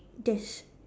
there's